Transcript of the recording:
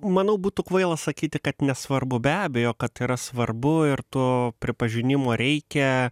manau būtų kvaila sakyti kad nesvarbu be abejo kad yra svarbu ir to pripažinimo reikia